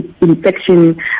infection